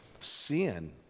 sin